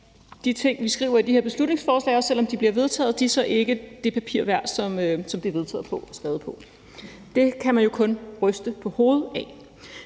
de ting, vi skriver i det her beslutningsforslag – også selv om det bliver vedtaget – ikke skulle være det papir værd, de er skrevet på. Det kan man jo kun ryste på hovedet af.